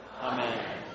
Amen